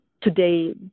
today